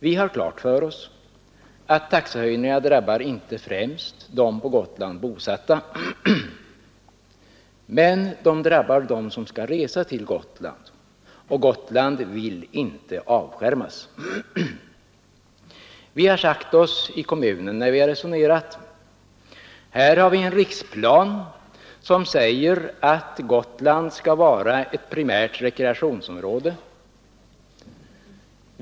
Vi har klart för oss att taxehöjningarna inte främst drabbar de på Gotland bosatta, men det drabbar dem som skall resa till Gotland, och Gotland vill inte avskärmas. När vi resonerat inom kommunen har vi sagt oss: Det finns en riksplan enligt vilken Gotland skall vara ett primärt rekreationsområde.